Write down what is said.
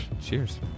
cheers